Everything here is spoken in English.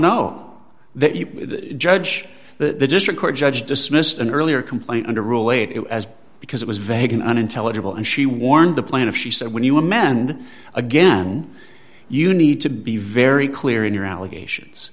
know that judge that the district court judge dismissed an earlier complaint under rule eight it was because it was vague and unintelligible and she warned the plaintiff she said when you were men again you need to be very clear in your allegations